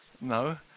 No